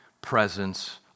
presence